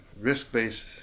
risk-based